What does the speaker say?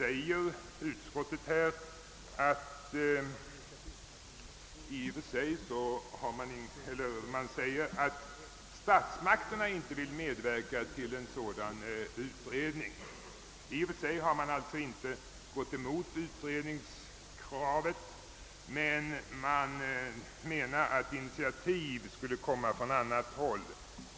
I utskottsutlåtandet sägs att statsmakterna inte vill medverka till en sådan utredning. I och för sig har man inte gått emot utredningskravet, men man menar att initiativet borde komma från annat håll.